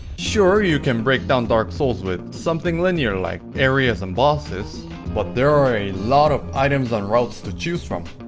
sure, you can break down dark souls with something linear like areas and bosses but there are a lot of items and routes to choose from